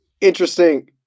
Interesting